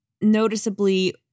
noticeably